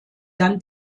dann